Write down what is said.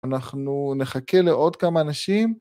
אנחנו נחכה לעוד כמה אנשים.